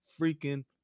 freaking